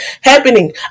happening